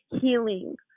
Healing